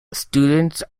students